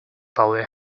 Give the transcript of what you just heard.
polio